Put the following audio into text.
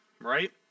right